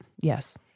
Yes